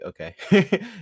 okay